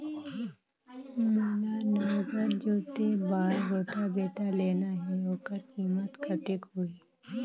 मोला नागर जोते बार रोटावेटर लेना हे ओकर कीमत कतेक होही?